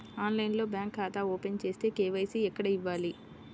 ఆన్లైన్లో బ్యాంకు ఖాతా ఓపెన్ చేస్తే, కే.వై.సి ఎక్కడ ఇవ్వాలి?